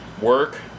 Work